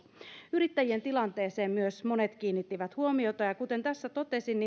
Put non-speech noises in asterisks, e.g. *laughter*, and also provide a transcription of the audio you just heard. yrittäjien tilanteeseen myös monet kiinnittivät huomiota ja kuten tässä totesin *unintelligible*